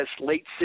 late